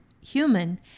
human